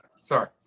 Sorry